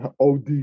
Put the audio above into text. OD